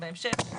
בהמשך.